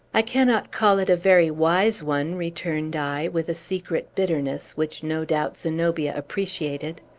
i cannot call it a very wise one, returned i, with a secret bitterness, which, no doubt, zenobia appreciated.